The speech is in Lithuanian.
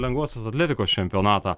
lengvosios atletikos čempionatą